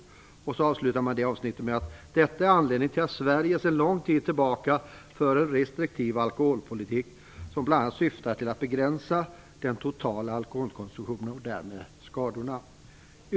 Detta avsnitt avslutas med följande ord: "Detta är anledningen till att Sverige sedan lång tid tillbaka för en restriktiv alkoholpolitik som bl.a. syftar till att begränsa den totala alkoholkonsumtionen och därmed alkoholskadorna.